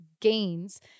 gains